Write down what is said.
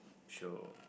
she'll